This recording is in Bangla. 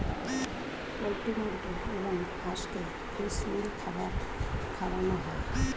পোল্ট্রি মুরগি এবং হাঁসকে ফিশ মিল খাবার খাওয়ানো হয়